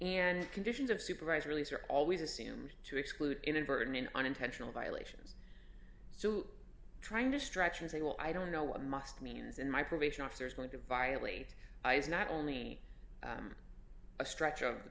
and conditions of supervised release are always assumed to exclude inadvertent in unintentional violations so trying to stretch and say well i don't know what must means in my probation officer is going to violate is not only a stretch of